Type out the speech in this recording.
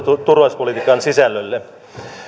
turvallisuuspolitiikan sisällölle